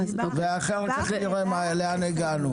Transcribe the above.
ואחר כך נראה לאן הגענו.